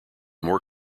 more